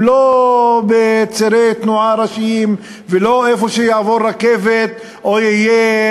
הם לא בצירי תנועה ראשיים ולא איפה שתעבור רכבת או יהיה,